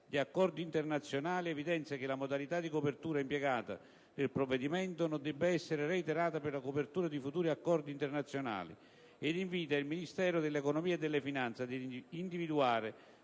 di accordi internazionali, evidenzia che la modalità di copertura impiegata nel provvedimento non debba essere reiterata per la copertura di futuri accordi internazionali ed invita il Ministero dell'economia e delle finanze ad individuare